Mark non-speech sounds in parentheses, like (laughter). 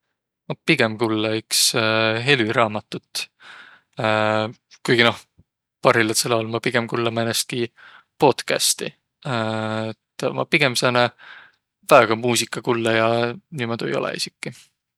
Ma pigem kullõ iks helüraamatut. (hesitation) Kuigi noh, parhilladsõl aol ma pigem kullõ määnestki podcasti. (hesitation) Et ma pigem sääne väega muusigakullõja niimuudu ei olõq esiki.